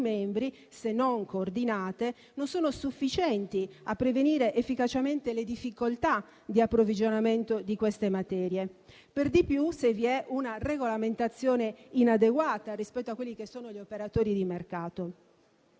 membri, se non coordinate, non sono sufficienti a prevenire efficacemente le difficoltà di approvvigionamento di queste materie, per di più se vi è una regolamentazione inadeguata rispetto agli operatori di mercato.